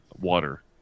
water